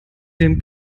dem